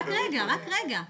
סליחה, יהודה, הבנו אותך, תודה.